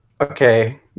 Okay